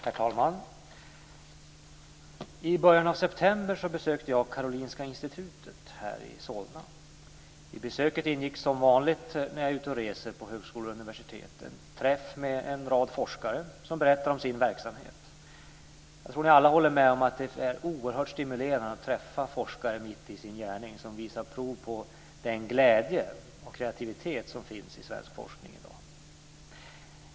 Herr talman! I början av september besökte jag Karolinska institutet i Solna. I besöket ingick som vanligt när jag är ute och reser på högskolor och universitet träff med en rad forskare som berättar om sin verksamhet. Jag tror att ni alla håller med om att det är oerhört stimulerande att träffa forskare mitt i sin gärning, som visar prov på den glädje och kreativitet som finns i svensk forskning i dag.